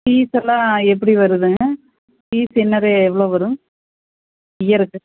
ஃபீஸெல்லாம் எப்படி வருதுங்க ஃபீஸ் என்னது எவ்வளோ வரும் இயருக்கு